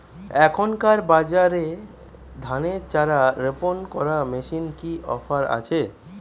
এখনকার বাজারে ধানের চারা রোপন করা মেশিনের কি অফার আছে?